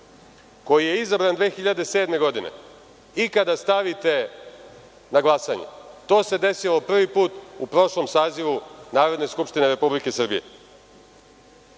koji je izabran 2007. godine, ikada stavite na glasanje. To se desilo prvi put u prošlom sazivu Narodne skupštine Republike Srbije. Što